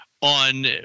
on